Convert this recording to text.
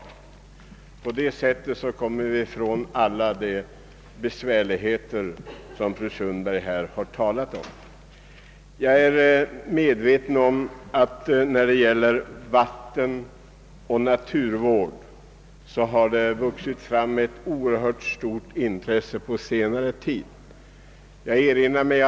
Härigenom kommer vi ifrån alla de besvärligheter som fru Sundberg talade om. Jag är medveten om att det på senare tid har vuxit fram ett oerhört stort intresse för vattenoch naturvård.